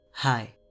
Hi